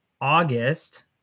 August